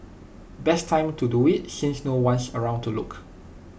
best time to do IT since no one's around to look